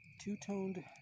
two-toned